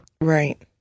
Right